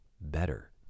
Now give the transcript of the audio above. better